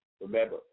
Remember